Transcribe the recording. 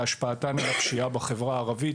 והשפעתן על הפשיעה בחברה הערבית.